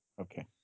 Okay